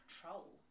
control